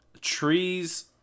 trees